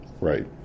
Right